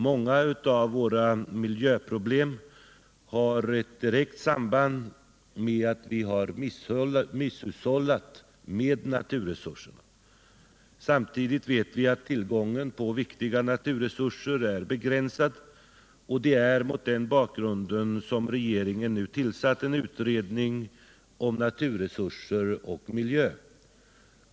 Många av våra miljöproblem har ett direkt samband med att vi misshushållat med naturresurserna. Samtidigt vet vi att tillgången på viktiga naturresurser är begränsad. Det är mot den bakgrunden som regeringen nu tillsatt en utredning om naturresurser och miljö.